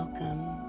Welcome